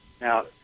now